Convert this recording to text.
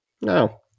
no